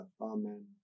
Amen